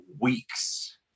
weeks